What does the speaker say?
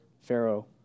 Pharaoh